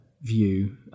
view